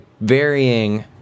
varying